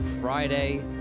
Friday